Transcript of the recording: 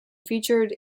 featured